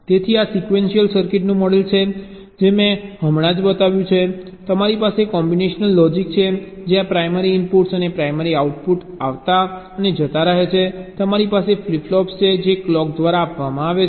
તેથી આ સિક્વેન્શિયલ સર્કિટનું મોડેલ છે જે મેં હમણાં જ બતાવ્યું છે કે તમારી પાસે કોમ્બિનેશનલ લોજીક છે જ્યાં પ્રાઇમરી ઇનપુટ્સ અને પ્રાઇમરી આઉટપુટ આવતા અને જતા રહે છે તમારી પાસે ફ્લિપ ફ્લોપ્સ છે જે ક્લોક દ્વારા આપવામાં આવે છે